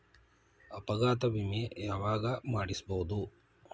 ಅಪಘಾತ ವಿಮೆ ಯಾವಗ ಮಾಡಿಸ್ಬೊದು?